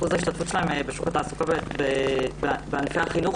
ההשתתפות שלהם בשוק התעסוקה בענפי החינוך